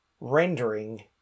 rendering